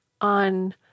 on